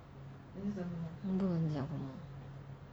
不懂你讲什么